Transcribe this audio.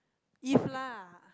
if lah